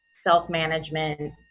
self-management